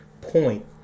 point